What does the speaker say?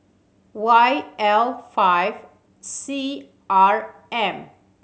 Y L five C R M